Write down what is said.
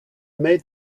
made